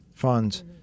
Funds